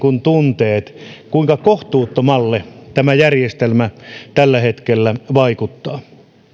tunteet kuinka kohtuuttomalle tämä järjestelmä tällä hetkellä vaikuttaa